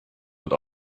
wird